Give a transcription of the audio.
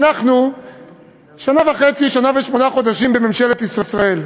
אנחנו שנה וחצי, שנה ושמונה חודשים בממשלת ישראל.